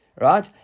right